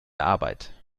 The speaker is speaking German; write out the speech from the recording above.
arbeit